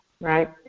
Right